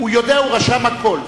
הוא יודע, הוא רשם הכול.